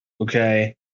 Okay